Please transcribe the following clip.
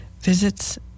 visits